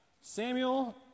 Samuel